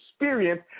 experience